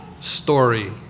story